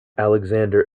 alexander